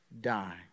die